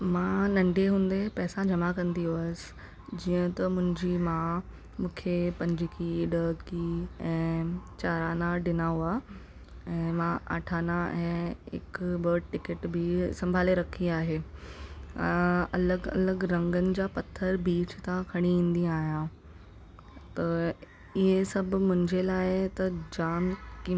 मां नंढे हूंदे पैसा जमा कंदी हुयसि जीअं त मुंहिंजी मां मूंखे पंजकी ॾहकी ऐं चाराना ॾिना हुआ ऐं मां अठाना ऐं हिक ॿ टिकट बि संभाले रखी आहे अ अलॻि अलॻि रंगनि जा पथर बीच ता खणी ईदी आहियां त हीअ सभु लाइ त जाम कीमती आहे